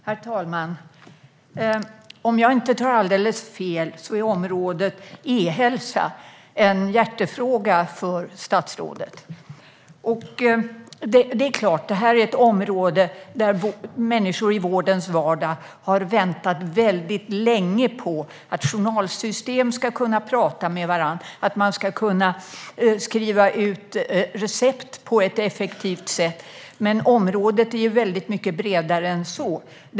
Herr talman! Om jag inte tar alldeles fel är området e-hälsa en hjärtefråga för statsrådet. Människor i vårdens vardag har väntat länge på att journalsystem ska kunna prata med varandra och att man ska kunna skriva ut recept på ett effektivt sätt, men detta är ett område som är mycket bredare än så.